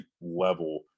level